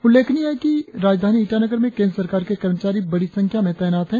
उल्लेखनीय है कि राजधानी ईटानगर में केंद्र सरकार के कर्मचारी बड़ी संख्या में तैनात है